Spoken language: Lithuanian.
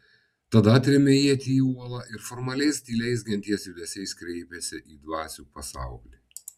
tada atrėmė ietį į uolą ir formaliais tyliais genties judesiais kreipėsi į dvasių pasaulį